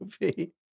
movie